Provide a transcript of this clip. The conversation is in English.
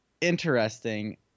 interesting